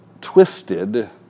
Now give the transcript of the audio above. twisted